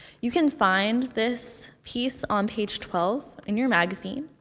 you can find this piece on page twelve in your magazine.